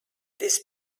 this